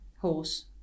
Horse